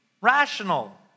rational